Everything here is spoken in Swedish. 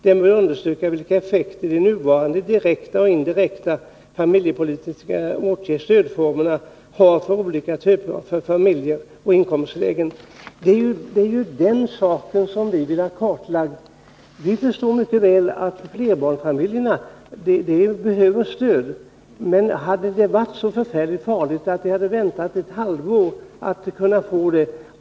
Den bör undersöka vilken effekt de nuvarande direkta och indirekta familjepolitiska stödformerna har för olika typer av familjer i olika inkomstlägen.” Det är ju den saken som vi vill ha kartlagd. Vi förstår mycket väl att flerbarnsfamiljerna behöver stöd, men hade det varit så förfärligt farligt om de hade fått vänta ett halvår med att få det?